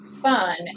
fun